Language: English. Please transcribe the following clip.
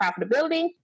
profitability